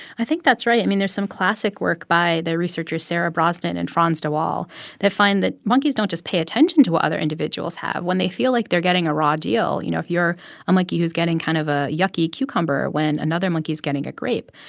i think that's right. i mean, there's some classic work by the researcher sarah brosnan and frans de waal that find that monkeys don't just pay attention to what other individuals have. when they feel like they're getting a raw deal you know, if you're um like a monkey who's getting kind of a yucky cucumber when another monkey's getting a grape,